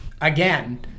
again